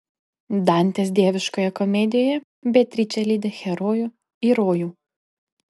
dantės dieviškoje komedijoje beatričė lydi herojų į rojų